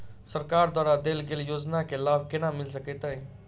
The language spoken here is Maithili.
सरकार द्वारा देल गेल योजना केँ लाभ केना मिल सकेंत अई?